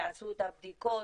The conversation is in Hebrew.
יעשו את הבדיקות.